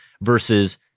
versus